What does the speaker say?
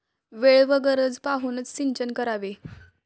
वेळ व गरज पाहूनच सिंचन करावे